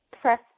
press